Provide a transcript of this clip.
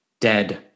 dead